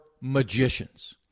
magicians